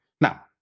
Now